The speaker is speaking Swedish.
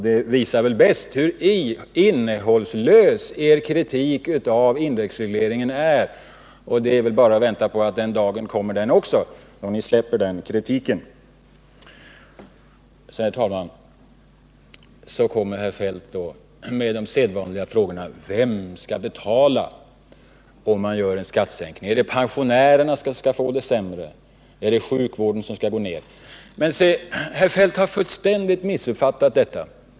Det visar bäst hur innehållslös er kritik av indexregleringen är, och det är väl bara att vänta på att den dagen skall komma då ni upphör med den kritiken. Herr Feldt kommer så med de sedvanliga frågorna: Vem skall betala kalaset, om man gör en skattesänkning? Är det pensionärerna, som skall få det sämre? Är det sjukvårdsinsatserna som skall gå ner? Men herr Feldt har fullständigt missuppfattat detta.